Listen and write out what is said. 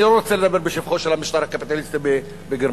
אני רוצה לדבר בשבחו של המשטר הקפיטליסטי בגרמניה,